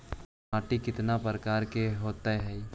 माटी में कितना प्रकार के होते हैं?